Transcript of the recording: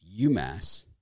UMass